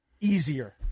easier